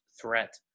threat